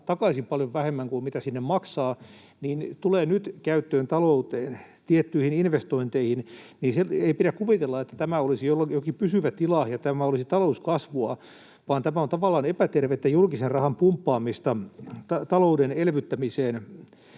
takaisin paljon vähemmän kuin mitä sinne maksaa, tulee nyt käyttöön talouteen tiettyihin investointeihin. Sen takia ei pidä kuvitella, että tämä olisi jokin pysyvä tila ja tämä olisi talouskasvua, vaan tämä on tavallaan epätervettä julkisen rahan pumppaamista talouden elvyttämiseen,